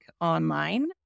online